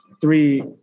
Three